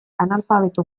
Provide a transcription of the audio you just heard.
analfabeto